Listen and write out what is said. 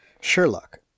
Sherlock